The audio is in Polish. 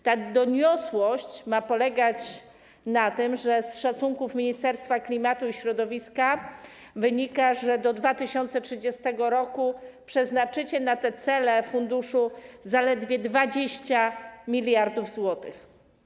Ta doniosłość ma polegać na tym, że z szacunków Ministerstwa Klimatu i Środowiska wynika, że do 2030 r. przeznaczycie na te cele funduszu zaledwie 20 mld zł.